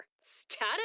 Status